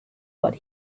what